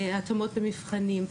התאמות במבחנים.